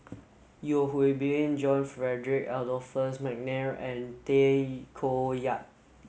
Yeo Hwee Bin John Frederick Adolphus McNair and Tay Koh Yat